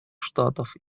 штатов